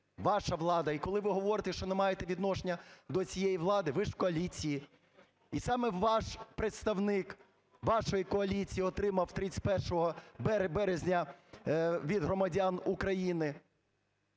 ваша влада. І коли ви говорите, що не маєте відношення до цієї влади, ви ж в коаліції. І саме ваш представник вашої коаліції отримав 31 березня від громадян України